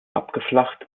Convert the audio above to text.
abgeflacht